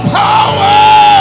power